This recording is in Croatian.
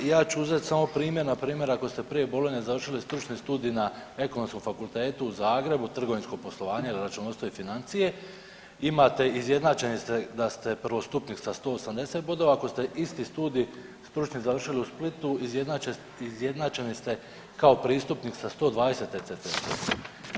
Ja ću uzeti samo primjer, npr. ako ste prije Bolonje završili stručni studij na Ekonomskom fakultetu u Zagrebu, trgovinsko poslovanje ili računovodstvo i financije, imate izjednačeni ste da ste prvostupnik sa 180 bodova, ako ste isti studij stručni završili u Splitu, izjednačeni ste kao pristupnik sa 120 ECTS bodova.